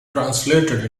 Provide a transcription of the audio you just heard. translated